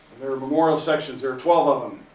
there are memorial sections. there are twelve of them.